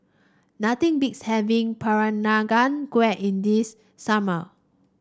nothing beats having Peranakan Kueh in this summer